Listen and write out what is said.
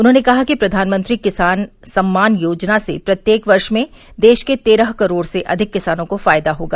उन्होंने कहा कि प्रधानमंत्री किसान सम्मान योजना से प्रत्येक वर्ष में देश के तेरह करोड से अधिक किसानों को फायदा होगा